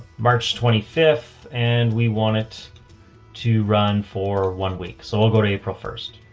march twenty fifth and we want it to run for one week. so we'll go to april first.